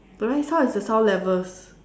the right side is the sound levels